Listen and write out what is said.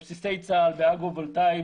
בבסיסי צה"ל באגרו-וולטאי,